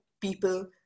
people